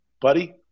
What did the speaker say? buddy